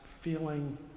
feeling